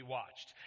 watched